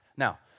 Now